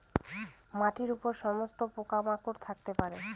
মাটির উপর সমস্ত পোকা মাকড় থাকতে পারে